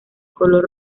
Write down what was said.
color